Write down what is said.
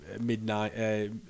midnight